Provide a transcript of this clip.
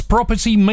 Property